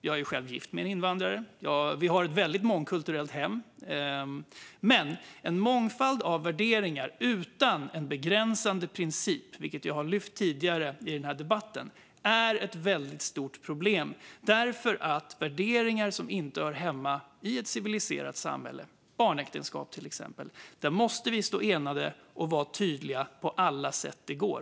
Jag är själv gift med en invandrare, och vi har ett väldigt mångkulturellt hem. Men en mångfald av värderingar utan en begränsande princip är, som jag lyft tidigare i den här debatten, ett väldigt stort problem. Inför värderingar som inte hör hemma i ett civiliserat samhälle, exempelvis barnäktenskap, måste vi stå enade och vara tydliga på alla sätt det går.